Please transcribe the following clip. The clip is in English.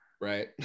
right